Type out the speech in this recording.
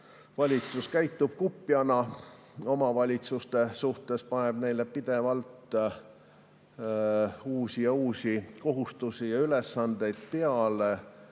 valitsus käitub kupjana omavalitsuste suhtes, paneb neile pidevalt uusi ja uusi kohustusi ning ülesandeid peale,